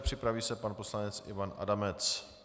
Připraví se pan poslanec Ivan Adamec.